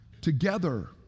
together